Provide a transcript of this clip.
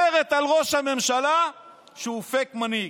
אומרת על ראש הממשלה שהוא פייק מנהיג.